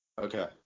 Okay